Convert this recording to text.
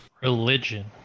Religion